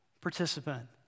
participant